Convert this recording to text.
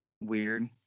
Weird